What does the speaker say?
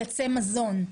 לייצא מזון,